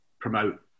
promote